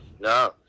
No